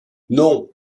non